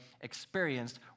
experienced